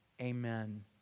amen